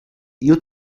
you